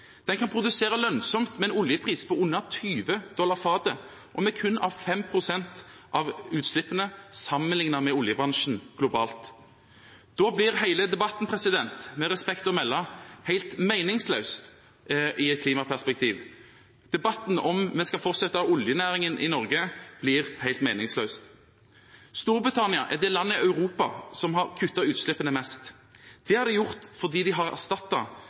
Den kan produsere lønnsomt med en oljepris på under 20 dollar fatet og med kun 5 pst. av utslippene sammenlignet med oljebransjen globalt. Da blir hele debatten med respekt å melde helt meningsløs i et klimaperspektiv. Debatten om vi fortsatt skal ha oljenæring i Norge, blir helt meningsløs. Storbritannia er det landet i Europa som har kuttet utslippene mest. Det har de gjort fordi de har